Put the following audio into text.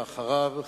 ואחריו,